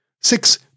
Six